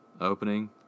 opening